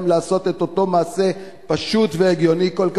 לעשות את אותו מעשה פשוט והגיוני כל כך,